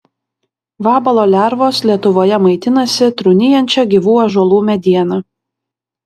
vabalo lervos lietuvoje maitinasi trūnijančia gyvų ąžuolų mediena